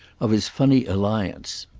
of his funny alliance.